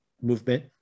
movement